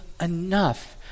enough